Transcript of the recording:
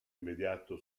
immediato